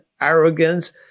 arrogance